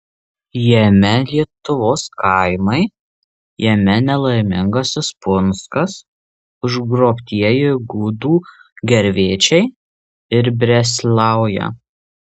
jame lietuvos kaimai jame nelaimingasis punskas užgrobtieji gudų gervėčiai ir breslauja